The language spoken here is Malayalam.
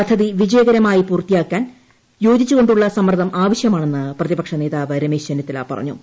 പദ്ധതി വിജയകരമായി പൂർത്തിയാക്കാൻ യോജിച്ചുകൊണ്ടുള്ള സമ്മർദ്ദം ആവശ്യമാണെന്ന് പ്രതിപക്ഷ നേതാവ് രമേശ് ചെന്നിത്തല പറഞ്ഞു